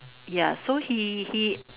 ya so he he